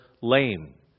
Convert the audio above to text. lame